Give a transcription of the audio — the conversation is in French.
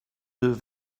deux